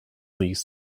these